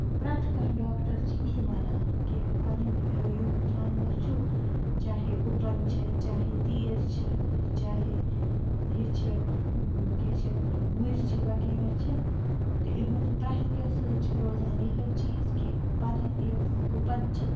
تہٕ پرٛٮ۪تھ کانٛہہ ڈاکٹَر چھِ یی وَنان کہِ پَنٕنۍ یِم جانوَر چھُو چاہے گُپَن چھِ چاہے تیٖر چھِ چاہے یہِ چھِ کیٛاہ چھِ اَتھ وَنان گُرۍ چھِ وغیرہ چھِ تہٕ یُہُنٛد پرٛٮ۪تھ کیٚنٛہہ چھِ روزان یِہَے چیٖز کہِ پَنٕنۍ یِم گُپَن چھِ